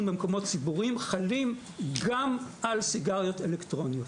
במקומות ציבוריים חלים גם על סיגריות אלקטרוניות.